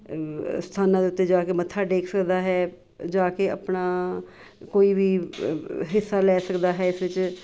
ਸਥਾਨਾਂ ਦੇ ਉੱਤੇ ਜਾ ਕੇ ਮੱਥਾ ਟੇਕ ਸਕਦਾ ਹੈ ਜਾਕੇ ਆਪਣਾ ਕੋਈ ਵੀ ਹਿੱਸਾ ਲੈ ਸਕਦਾ ਹੈ ਇਸ ਵਿੱਚ